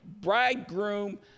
bridegroom